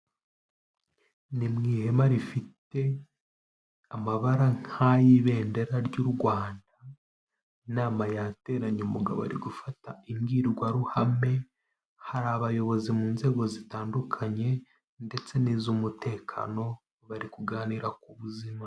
Ni mu ihema rifite amabara nk'ay'ibendera ry'u Rwanda, inama yateranye umugabo ari gufata imbwirwaruhame, hari abayobozi mu nzego zitandukanye ndetse n'iz'umutekano, bari kuganira ku buzima.